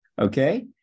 okay